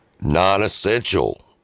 non-essential